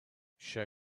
show